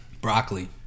broccoli